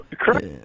Correct